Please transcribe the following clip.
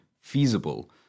feasible